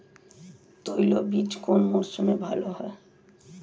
তৈলবীজ কোন মরশুমে ভাল হয়?